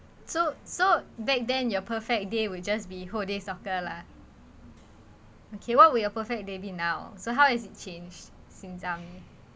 so so back then your perfect day will just be whole day soccer lah okay what were your perfect be now so how is it changed since army